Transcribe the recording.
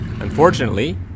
Unfortunately